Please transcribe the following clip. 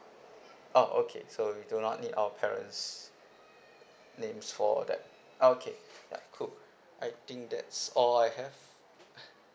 orh okay so we do not need our parents' names for that okay ya cool I think that's all I have